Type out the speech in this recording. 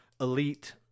elite